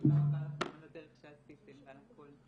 תודה רבה לכם על הדרך שעשיתם ועל הכול.